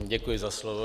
Děkuji za slovo.